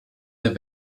der